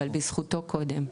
אבל בזכותו קודם כל.